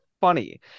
funny